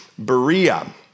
Berea